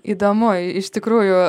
įdomu i iš tikrųjų